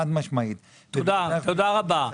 תודה רבה.